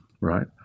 right